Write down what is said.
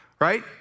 right